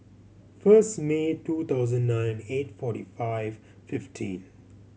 first May two thousand nine eight forty five fifteen